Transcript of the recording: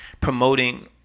promoting